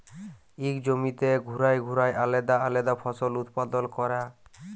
ইক জমিতে ঘুরায় আলেদা আলেদা ফসল উৎপাদল ক্যরা